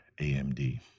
AMD